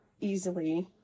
easily